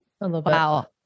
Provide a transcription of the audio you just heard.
Wow